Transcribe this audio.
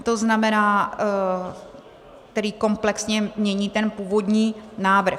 To znamená, který komplexně mění ten původní návrh.